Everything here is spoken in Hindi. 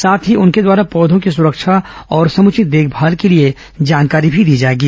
साथ ही उनके द्वारा पौधों की सुरक्षा और समुचित देखरेख के लिए जानकारी भी दी जाएगी